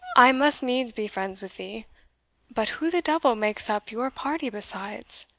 i must needs be friends with thee but who the devil makes up your party besides?